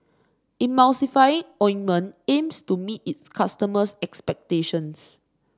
Emulsying Ointment aims to meet its customers' expectations